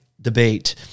debate